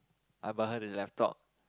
I buy her the laptop